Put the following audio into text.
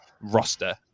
roster